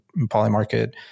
Polymarket